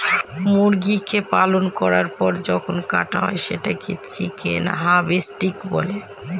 মুরগিকে পালন করার পর যখন কাটা হয় সেটাকে চিকেন হার্ভেস্টিং বলে